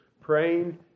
praying